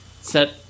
set